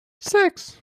six